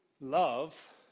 Love